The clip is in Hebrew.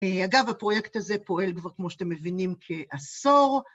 אגב, הפרויקט הזה פועל כבר כמו שאתם מבינים כעשור.